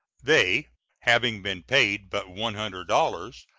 they having been paid but one hundred dollars,